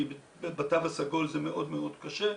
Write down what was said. כי בתו הסגול זה מאוד מאוד קשה,